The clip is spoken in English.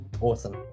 awesome